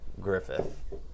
Griffith